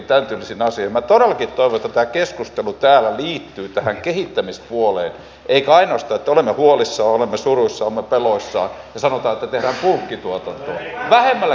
minä todellakin toivon että tämä keskustelu täällä liittyy tähän kehittämispuoleen eikä ainoastaan että olemme huolissamme olemme suruissamme olemme peloissamme ja sanotaan että tehdään bulkkituotantoa